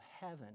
heaven